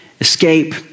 escape